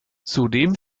zudem